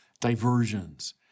diversions